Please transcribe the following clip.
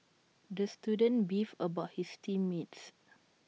the student beefed about his team mates